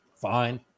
Fine